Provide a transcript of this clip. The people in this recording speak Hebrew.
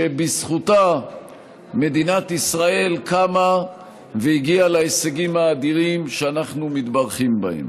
שבזכותה מדינת ישראל קמה והגיעה להישגים האדירים שאנחנו מתברכים בהם.